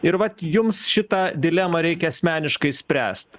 ir vat jums šitą dilemą reikia asmeniškai spręst